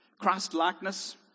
Christ-likeness